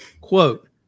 Quote